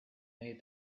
made